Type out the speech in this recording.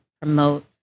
promote